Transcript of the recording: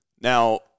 Now